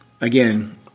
again